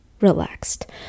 relaxed